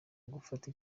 gufata